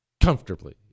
Comfortably